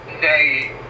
say